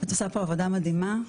את עושה עבודה מדהימה,